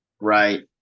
Right